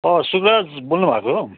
सुरज बोल्नुभएको हो